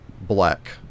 black